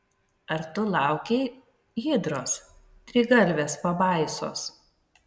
ar tu laukei hidros trigalvės pabaisos